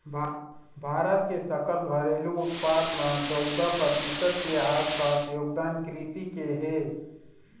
भारत के सकल घरेलू उत्पाद म चउदा परतिसत के आसपास योगदान कृषि के हे